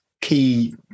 key